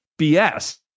BS